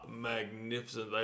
magnificent